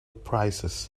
prices